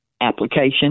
application